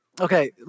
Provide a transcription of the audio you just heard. Okay